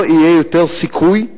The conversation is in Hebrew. לא יהיה יותר סיכוי,